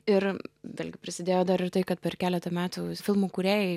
ir vėlgi prisidėjo dar ir tai kad per keletą metų filmų kūrėjai